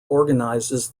organizes